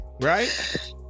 right